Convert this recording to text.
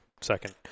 second